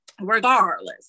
regardless